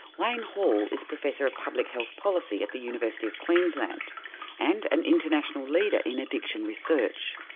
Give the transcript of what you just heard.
wayne hall is professor of public health policy at the university of queensland and an international leader in addiction research.